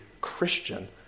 Christian